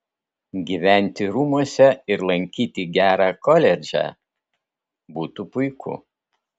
gyventi rūmuose ir lankyti gerą koledžą būtų puiku